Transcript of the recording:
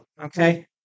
Okay